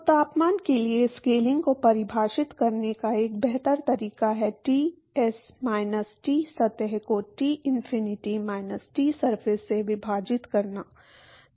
तो तापमान के लिए स्केलिंग को परिभाषित करने का एक बेहतर तरीका है Ts माइनस T सतह को T इनफिनिटी माइनस Tsurface से विभाजित करना